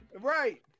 Right